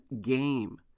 game